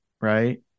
Right